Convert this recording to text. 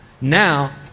Now